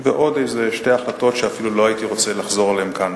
ועוד איזה שתי החלטות שאפילו לא הייתי רוצה לחזור עליהן כאן.